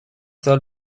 سال